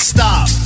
Stop